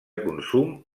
consum